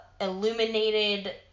illuminated